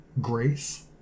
grace